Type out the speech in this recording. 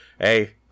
hey